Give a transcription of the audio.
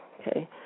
Okay